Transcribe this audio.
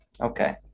Okay